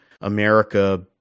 america